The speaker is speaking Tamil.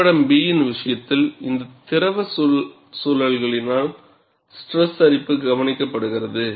வரைபடம் b இன் விஷயத்தில் இந்த திரவ சூழல்களினால் ஸ்ட்ரெஸ் அரிப்பு கவனிக்கப்படுகிறது